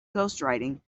ghostwriting